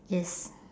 yes